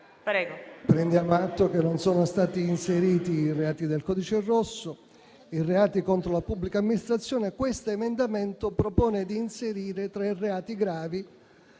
Prego,